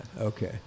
okay